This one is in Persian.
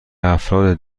افراد